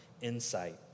insight